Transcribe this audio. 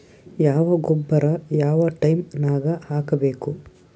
ಯಾವ ಗೊಬ್ಬರ ಯಾವ ಟೈಮ್ ನಾಗ ಹಾಕಬೇಕು?